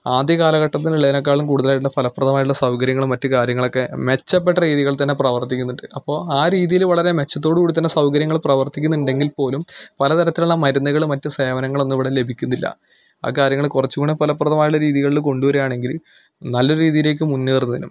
ആദ്യ കാലഘട്ടത്തിൽ ഉള്ളതിനെക്കാളും കൂടുതലായിട്ടുള്ള ഫലപ്രദമായിട്ടുള്ള സൗകര്യങ്ങളും മറ്റു കാര്യങ്ങളും ഒക്കെ മെച്ചപ്പെട്ട രീതിയിൽ തന്നെ പ്രവർത്തിക്കുന്നുണ്ട് അപ്പോൾ ആ രീതിയിൽ വളരെ മെച്ചത്തോട് കൂടി തന്നെ സൗകര്യങ്ങൾ പ്രവർത്തിക്കുന്നുണ്ടെങ്കിൽ പോലും പല തരത്തിലുള്ള മരുന്നുകളും മറ്റ് സേവനങ്ങളും ഒന്നും ഇവിടെ ലഭിക്കുന്നില്ല ആ കാര്യങ്ങൾ കുറച്ചുംകൂടെ ഫലപ്രദമായിട്ടുള്ള രീതിയിൽ കൊണ്ടു വരികയാണെങ്കിൽ നല്ലൊരു രീതിയിലേക്ക് മുന്നേറുന്നതിനും